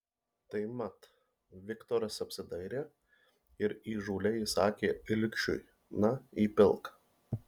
tai mat viktoras apsidairė ir įžūliai įsakė ilgšiui na įpilk